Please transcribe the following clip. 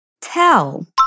tell